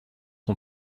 son